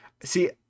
See